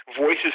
Voices